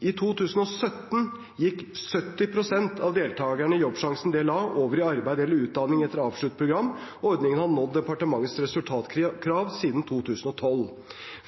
I 2017 gikk 70 pst. av deltakerne i Jobbsjansen del A over i arbeid eller utdanning etter avsluttet program. Ordningen har nådd departementets resultatkrav siden 2012.